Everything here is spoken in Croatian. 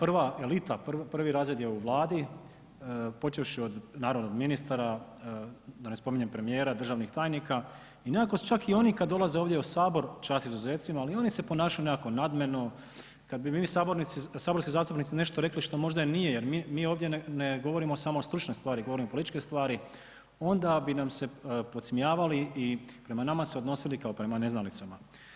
Prva, prva elita, prvi razred je u Vladi, počevši naravno od ministara, da ne spominjem premijera, državnih tajnika i nekako su čak i oni kad dolaze ovdje u HS, čast izuzecima, ali i oni se ponašaju nekako nadmeno, kad bi mi saborski zastupnici nešto rekli što možda nije, jer mi ovdje ne govorimo samo o stručnoj stvari, govorimo političke stvari, onda bi nam se podsmijavali i prema nama se odnosili kao prema neznalicama.